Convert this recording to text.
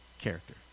character